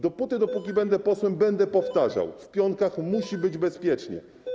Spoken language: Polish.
Dopóty dopóki będę posłem, będę powtarzał: w Pionkach musi być bezpiecznie.